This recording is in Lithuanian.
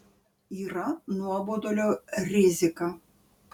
yra nuobodulio rizika